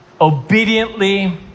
obediently